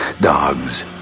dogs